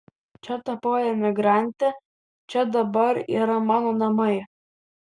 čia tapau emigrante čia dabar yra mano namai